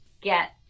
get